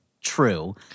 true